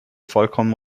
vollkommen